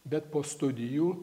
bet po studijų